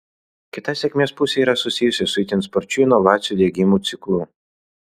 kita sėkmės pusė yra susijusi su itin sparčiu inovacijų diegimo ciklu